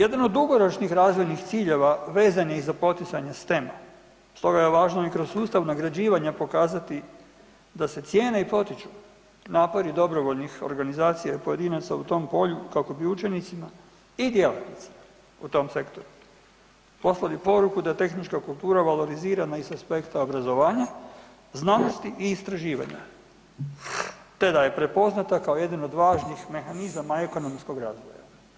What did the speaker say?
Jedan od dugoročnih razvojnih ciljeva vezan je i za poticanje STEM-a stoga je važno i kroz sustav nagrađivanja pokazati da se cijene i potiču napori dobrovoljnih organizacija i pojedinaca u tom polju kako bi učenicima i djelatnicima u tom sektoru poslali poruku da tehnička kultura valorizirana i s aspekta obrazovanja, znanosti i istraživanja te da je prepoznata kao jedan od važnih mehanizama ekonomskog razvoja.